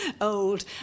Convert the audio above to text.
old